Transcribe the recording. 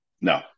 No